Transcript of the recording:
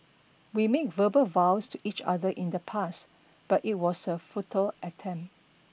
we made verbal vows to each other in the past but it was a futile attempt